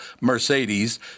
Mercedes